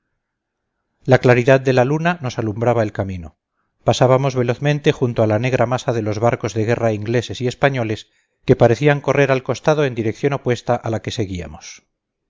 la claridad de la luna nos alumbraba el camino pasábamos velozmente junto a la negra masa de los barcos de guerra ingleses y españoles que parecían correr al costado en dirección opuesta a la que seguíamos